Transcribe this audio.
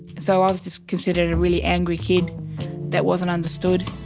so i was just considered a really angry kid that wasn't understood.